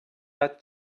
had